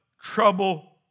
trouble